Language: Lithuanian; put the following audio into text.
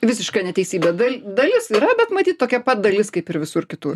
visiška neteisybė dal dalis yra bet matyt tokia pat dalis kaip ir visur kitur